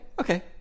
okay